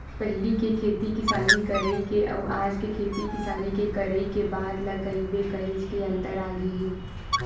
पहिली के खेती किसानी करई के अउ आज के खेती किसानी के करई के बात ल कहिबे काहेच के अंतर आगे हे